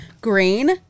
green